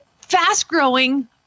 fast-growing